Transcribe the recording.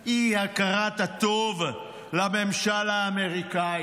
אי-הכרת הטוב לממשל האמריקאי.